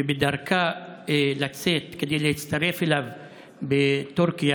ובדרכה לצאת כדי להצטרף אליו בטורקיה,